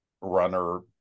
runner